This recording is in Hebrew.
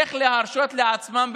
איך להרשות לעצמם,